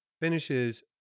finishes